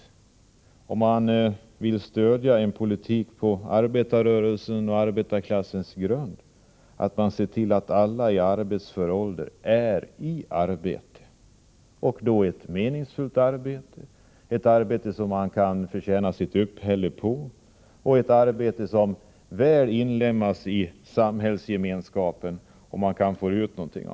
För dem som vill stödja en politik på arbetarrörelsens och arbetarklassens grund är det därför oerhört viktigt att se till att alla i arbetsför ålder är i arbete. Alla skall ha ett meningsfullt arbete, ett arbete som de kan förtjäna sitt uppehälle på och som gör att de inlemmas i samhällsgemenskapen.